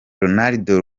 ronaldo